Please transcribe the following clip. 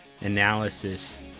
analysis